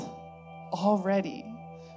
already